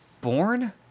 born